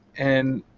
and